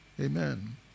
Amen